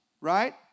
right